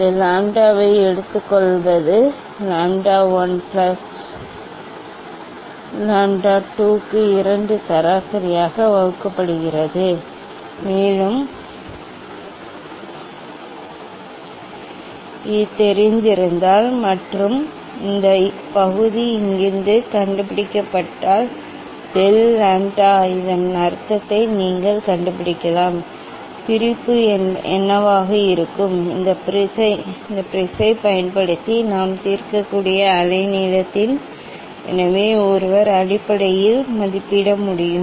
இந்த லாம்ப்டாவை எடுத்துக்கொள்வது லாம்ப்டா 1 பிளஸ் லாம்ப்டா 2 க்கு இரண்டு சராசரியாக வகுக்கப்படுகிறது மேலும் இது தெரிந்திருந்தால் மற்றும் இந்த பகுதி இங்கிருந்து கண்டுபிடிக்கப்பட்டால் டெல் லாம்ப்டா இதன் அர்த்தத்தை நீங்கள் கண்டுபிடிக்கலாம் பிரிப்பு என்னவாக இருக்கும் இந்த ப்ரிஸைப் பயன்படுத்தி நாம் தீர்க்கக்கூடிய அலைநீளத்தின் எனவே ஒருவர் அடிப்படையில் மதிப்பிட முடியும்